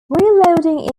reloading